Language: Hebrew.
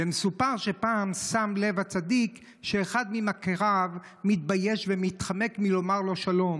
מסופר שפעם שם לב הצדיק שאחד ממכריו מתבייש ומתחמק מלומר לו שלום.